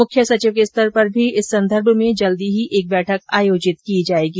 मुख्य सचिव के स्तर पर भी इस संदर्भ में जल्दी ही एक बैठक आयोजित की जाएगी